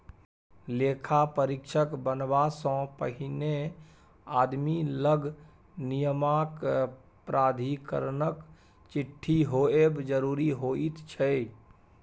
लेखा परीक्षक बनबासँ पहिने आदमी लग नियामक प्राधिकरणक चिट्ठी होएब जरूरी होइत छै